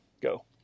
Go